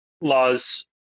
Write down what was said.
laws